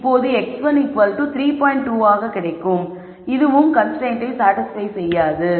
27 ஆக கிடைப்பதால் அது சாடிஸ்பய் ஆகாது